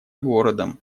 городом